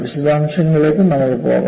വിശദാംശങ്ങളിലേക്ക് നമുക്ക് പോകാം